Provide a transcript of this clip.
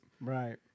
right